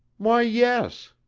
why, yes!